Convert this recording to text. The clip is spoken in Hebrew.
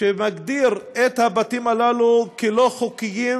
שמגדיר את הבתים הללו כלא חוקיים